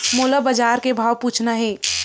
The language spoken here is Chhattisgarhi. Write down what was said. मोला बजार के भाव पूछना हे?